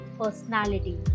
personality